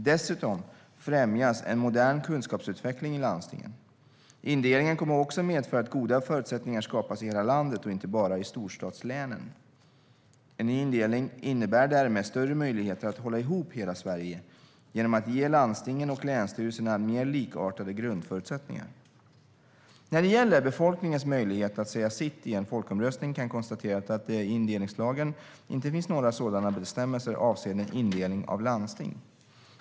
Dessutom främjas en modern kunskapsutveckling i landstingen. Indelningen kommer också att medföra att goda förutsättningar skapas i hela landet och inte bara i storstadslänen. En ny indelning innebär därmed större möjligheter att hålla ihop hela Sverige genom att ge landstingen och länsstyrelserna mer likartade grundförutsättningar. När det gäller befolkningens möjlighet att säga sitt i en folkomröstning kan konstateras att det i indelningslagen inte finns några sådana bestämmelser avseende indelning av landsting.